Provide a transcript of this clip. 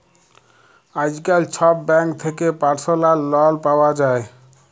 আইজকাল ছব ব্যাংক থ্যাকে পার্সলাল লল পাউয়া যায়